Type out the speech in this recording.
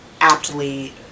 aptly